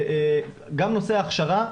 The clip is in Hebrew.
גם נושא ההכשרה,